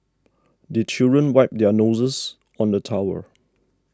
the children wipe their noses on the towel